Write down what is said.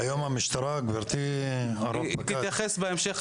גברתי הרב פקד -- היא תתייחס בהמשך,